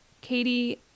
Katie